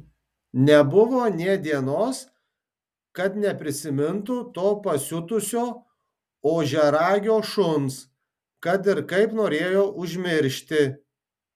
nebuvo nė dienos kad neprisimintų to pasiutusio ožiaragio šuns kad ir kaip norėjo užmiršti